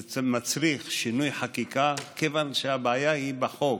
זה מצריך שינוי חקיקה, כיוון שהבעיה היא בחוק,